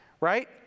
right